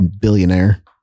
billionaire